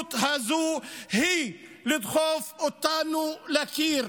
שהמדיניות הזאת היא לדחוף אותנו אל הקיר.